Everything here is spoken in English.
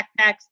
backpacks